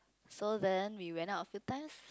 so then we went out a few times